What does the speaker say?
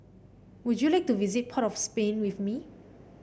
would you like to visit Port of Spain with me